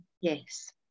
Yes